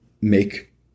make